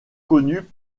connu